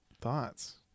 Thoughts